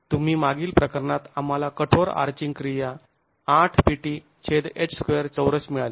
तुम्ही मागील प्रकरणात आम्हाला कठोर आर्चिंग क्रिया 8Pth2 चौरस मिळाली